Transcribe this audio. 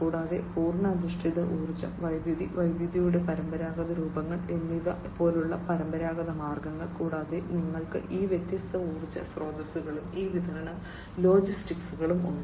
കൂടാതെ പൂർണ്ണ അധിഷ്ഠിത ഊർജ്ജം വൈദ്യുതി വൈദ്യുതിയുടെ പരമ്പരാഗത രൂപങ്ങൾ എന്നിവ പോലെയുള്ള പരമ്പരാഗത മാർഗങ്ങൾ കൂടാതെ നിങ്ങൾക്ക് ഈ വ്യത്യസ്ത ഊർജ്ജ സ്രോതസ്സുകളും ഈ വിതരണവും ലോജിസ്റ്റിക്സും ഉണ്ട്